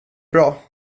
bra